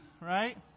right